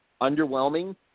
underwhelming